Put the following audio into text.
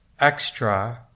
extra